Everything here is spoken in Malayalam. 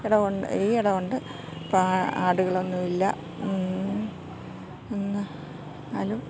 ഇട കൊണ്ട് ഈ ഇട കൊണ്ട് ആടുകളൊന്നും ഇല്ല എന്നാലും